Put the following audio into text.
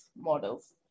models